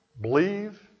Believe